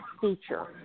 feature